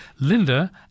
Linda